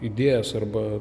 idėjas arba